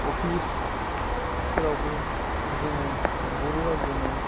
office फोरावबो जोङो बर' रावजोंनो